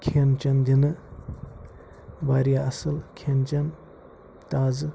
کھیٚن چیٚن دِنہٕ واریاہ اصٕل کھیٚن چیٚن تازٕ